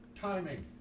timing